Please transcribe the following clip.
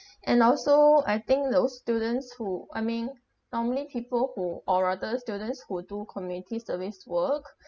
and also I think those students who I mean normally people who or rather students who do community service work